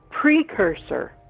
precursor